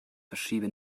verschiebe